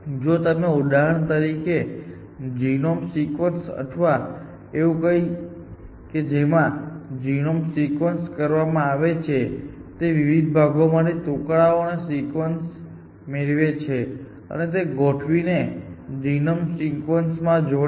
જો તમે ઉદાહરણ તરીકે જીનોમ સિક્વન્સિંગ અથવા એવું જ કંઈક જેમાં જીનોમ સિક્વન્સિંગ કરવામાં આવે છે તે વિવિધ ભાગોમાંથી ટુકડાઓ અને સિક્વન્સ મેળવે છે અને તેમને ગોઠવીને જીનોમ સિક્વન્સિંગમાં જોડે છે